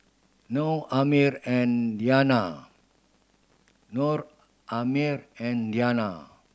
Noah Ammir and Danial Noah Ammir and Danial